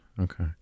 Okay